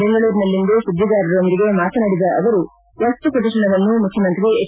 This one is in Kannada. ಬೆಂಗಳೂರಿನಲ್ಲಿಂದು ಸುದ್ದಿಗಾರರೊಂದಿಗೆ ಮಾತನಾಡಿದ ಅವರು ವಸ್ತು ಪ್ರದರ್ಶನವನ್ನು ಮುಖ್ಯಮಂತ್ರಿ ಎಚ್